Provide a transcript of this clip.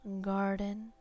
garden